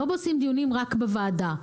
לא עושים דיונים רק בוועדה.